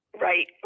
Right